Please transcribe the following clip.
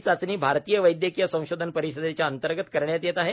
ही चाचणी भारतीय वैदयकिय संशोधन परिषदेच्या अंतर्गत करण्यात येत आहे